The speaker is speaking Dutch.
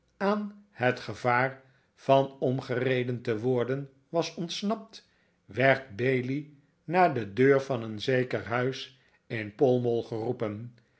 aan het gevaar yan omgereden te worden was ontsnapt werd bailey naar de deur van een zeker huis in pall mall geroepen